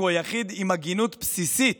כי הוא היחיד עם הגינות בסיסית